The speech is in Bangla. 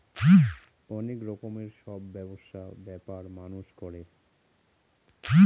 অনেক রকমের সব ব্যবসা ব্যাপার মানুষ করে